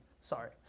Sorry